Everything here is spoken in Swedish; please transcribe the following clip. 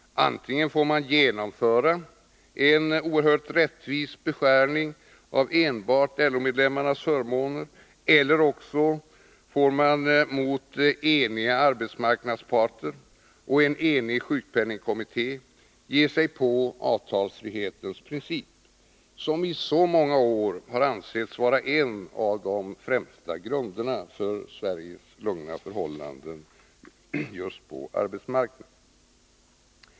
Antingen får man genomföra en oerhört orättvis beskärning av enbart LO-medlemmarnas förmåner eller också får man mot eniga arbetsmarknadsparter och en enig sjukpenningkommitté ge sig på avtalsfrihetens princip, som i så många år har ansetts vara en av de främsta grunderna för Sveriges lugna förhållanden på just arbetsmarknaden.